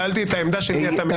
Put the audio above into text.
שאלתי את העמדה של מי אתה מייצג.